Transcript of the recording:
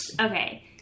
Okay